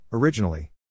Originally